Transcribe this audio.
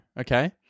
Okay